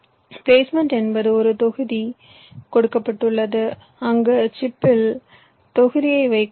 placement என்பது ஒரு தொகுதி கொடுக்கப்பட்டுள்ளது அங்கு சிப்பில் நான் தொகுதியை வைக்க வேண்டும்